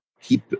keep